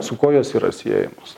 su kuo jos yra siejamos